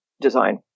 design